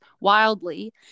wildly